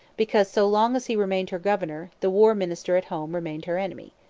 because, so long as he remained her governor, the war minister at home remained her enemy.